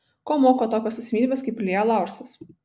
ko moko tokios asmenybės kaip ilja laursas